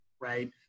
Right